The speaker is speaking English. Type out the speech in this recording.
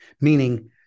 meaning